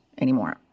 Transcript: anymore